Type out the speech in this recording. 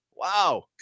Wow